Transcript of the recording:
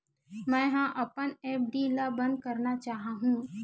मेंहा अपन एफ.डी ला बंद करना चाहहु